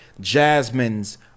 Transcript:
Jasmine's